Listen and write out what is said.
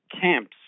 camps